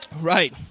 Right